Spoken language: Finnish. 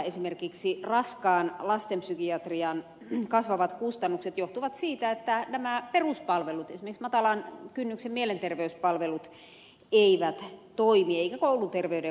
esimerkiksi raskaan lastenpsykiatrian kasvavat kustannukset johtuvat siitä että nämä peruspalvelut esimerkiksi matalan kynnyksen mielenterveyspalvelut eivät toimi eikä kouluterveydenhuoltokaan